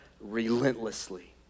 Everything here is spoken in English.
relentlessly